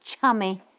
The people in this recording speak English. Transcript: Chummy